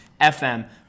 FM